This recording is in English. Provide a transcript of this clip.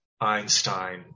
Einstein